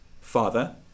Father